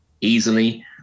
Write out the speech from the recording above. easily